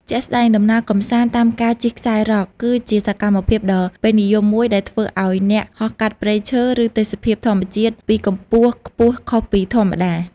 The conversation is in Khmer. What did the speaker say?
ជាក់ស្ដែង ដំណើរកម្សាន្តតាមការជិះខ្សែរ៉ក គឺជាសកម្មភាពដ៏ពេញនិយមមួយដែលធ្វើឱ្យអ្នកហោះកាត់ព្រៃឈើ ឬទេសភាពធម្មជាតិពីកម្ពស់ខ្ពស់ខុសពីធម្មតា។